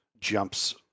jumps